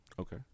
Okay